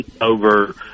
over